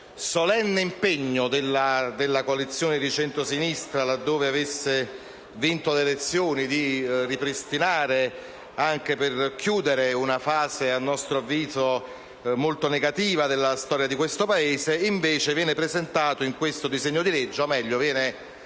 solenne impegno della coalizione di centrosinistra laddove avesse vinto le elezioni (anche per chiudere una fase, a nostro avviso, molto negativa della storia di questo Paese), viene invece presentato in questo disegno di legge, o, meglio, viene stravolto